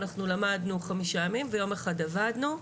אנחנו למדנו חמישה ימים ויום אחד עבדנו.